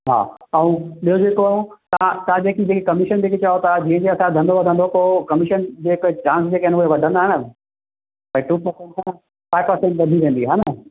हा ऐं ॿियो जेको तव्हां तव्हां जेकी जेकी कमीशन जेकी चओ था जीअं जीअं असांजो धंदो वधंदो पोइ कमीशन जेके चांस जेके आहिनि उहे वधंदा न भाई टू पर्सेंट खां वठी फाइव पर्सेंट वधी वेंदी हा न